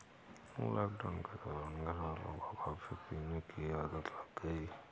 lockdown के दौरान घरवालों को कॉफी पीने की आदत लग गई